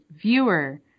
viewer